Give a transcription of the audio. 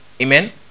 Amen